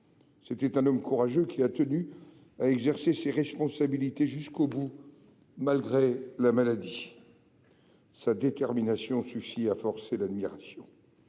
C'était un homme courageux qui a tenu à exercer ses responsabilités jusqu'au bout, malgré la maladie. Sa détermination suffit à forcer l'admiration.